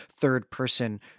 third-person